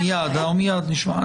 מיד נשמע,